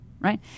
right